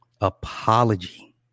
apology